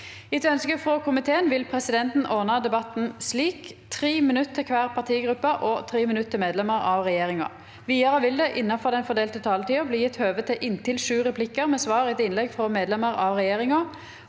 og omsorgskomiteen vil presidenten ordne debatten slik: 3 minutter til hver partigruppe og 3 minutter til medlemmer av regjeringen. Videre vil det – innenfor den fordelte taletid – bli gitt anledning til inntil sju replikker med svar etter innlegg fra medlemmer av regjeringen,